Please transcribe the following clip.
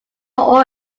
all